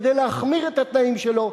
כדי להחמיר את התנאים שלו,